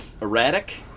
Erratic